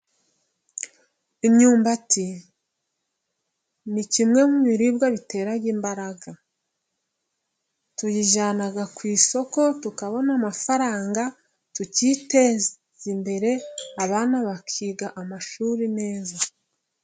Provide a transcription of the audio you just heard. Imyumbati ni kimwe mu biribwa bitera imbaraga. Tuyijyana ku isoko tukabona amafaranga tukiteza imbere, abana bakiga amashuri neza.